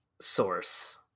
source